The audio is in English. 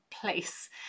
place